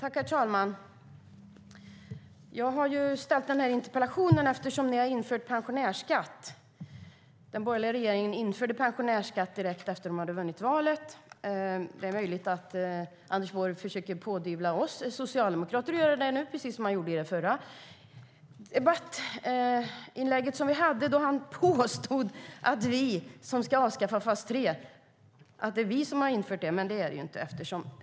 Herr talman! Jag har ställt den här interpellationen, eftersom ni har infört pensionärsskatt. Den borgerliga regeringen införde pensionärsskatt direkt efter att de hade vunnit valet. Det är möjligt att Anders Borg försöker pådyvla oss - precis som han gjorde i den förra debatten - att det var vi som införde fas 3, men så är det ju inte.